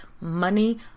money